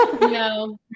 No